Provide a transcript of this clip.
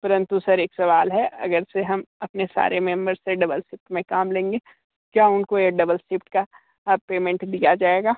परंतु सर एक सवाल है अगर से हम अपने सारे मेम्बर्स से डबल शिफ्ट में काम लेंगे क्या उनको यह डबल शिफ्ट का पेमेंट दिया जाएगा